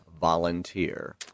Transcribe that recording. Volunteer